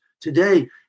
Today